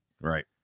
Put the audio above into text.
Right